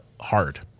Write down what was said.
hard